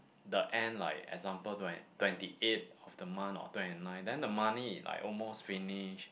the end like example don't have twenty eight of the month or twenty nine then the money like almost finish